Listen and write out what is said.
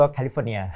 California